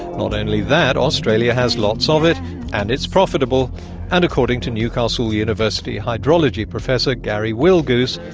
not only that, australia has lots of it and it's profitable and, according to newcastle university hydrology professor garry willgoose,